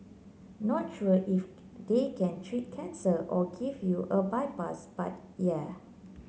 not sure if they can treat cancer or give you a bypass but yeah